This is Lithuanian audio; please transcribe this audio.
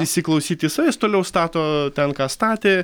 įsiklausyt į save jis toliau stato ten ką statė